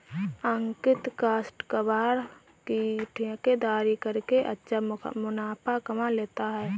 अंकित काष्ठ कबाड़ की ठेकेदारी करके अच्छा मुनाफा कमा लेता है